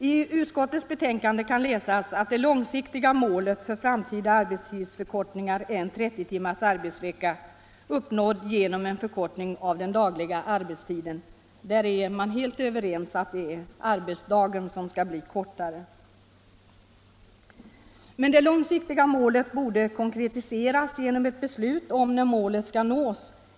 I utskottets betänkande kan man läsa att det långsiktiga målet för framtida arbetstidsförkortningar är en 30 timmars arbetsvecka, uppnådd genom en förkortning av den dagliga arbetstiden. Vi är helt överens om att det är arbetsdagen som skall bli kortare, men det långsiktiga målet borde konkretiseras genom ett beslut om när målet skall nås.